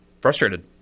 frustrated